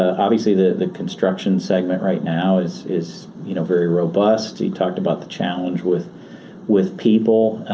ah obviously the the construction segment right now is is you know very robust. you talked about the challenge with with people,